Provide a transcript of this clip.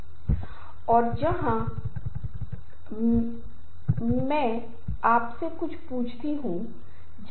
संघर्ष से संबंधित विभिन्न संदर्भों में ऐसी कई परिभाषाएँ हैं